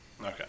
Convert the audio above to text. Okay